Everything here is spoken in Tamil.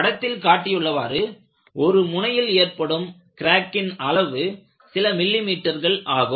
படத்தில் காட்டியுள்ளவாறு ஒரு முனையில் ஏற்படும் கிராக்கின் அளவு சில மில்லி மீட்டர்கள் ஆகும்